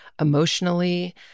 emotionally